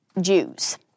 Jews